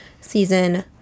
season